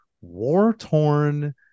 war-torn